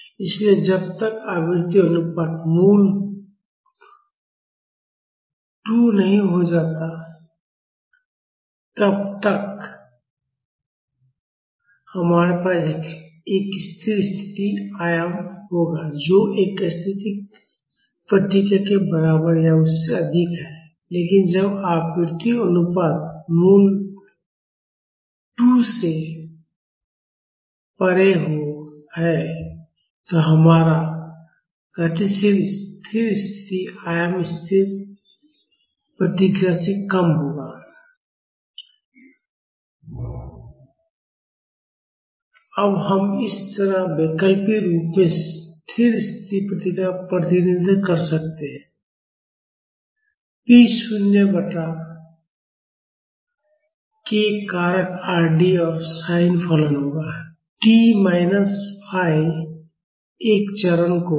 इसलिए जब तक आवृत्ति अनुपात मूल 2 नहीं हो जाता तब तक हमारे पास एक स्थिर स्थिति आयाम होगा जो स्थैतिक प्रतिक्रिया के बराबर या उससे अधिक है लेकिन जब आवृत्ति अनुपात मूल 2 से परे है तो हमारा गतिशील स्थिर स्थिति आयाम स्थिर प्रतिक्रिया से कम होगा अब हम इस तरह वैकल्पिक रूप में स्थिर स्थिति प्रतिक्रिया का प्रतिनिधित्व कर सकते हैं p शून्य बटा k कारक R d और sin फलन omega t minus phiφ phi एक चरण कोण है